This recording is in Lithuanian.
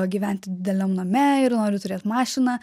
gyventi dideliam name ir noriu turėt mašiną